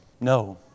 No